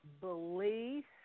beliefs